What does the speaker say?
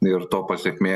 ir to pasekmė